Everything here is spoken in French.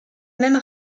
même